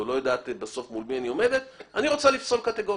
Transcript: לא יודעת מול מי את עומדת את רוצה לפסול קטגורית.